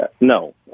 No